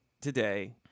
today